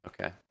Okay